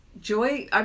Joy